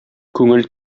күңел